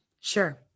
Sure